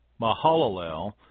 Mahalalel